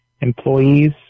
employees